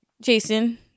Jason